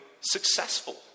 successful